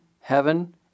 heaven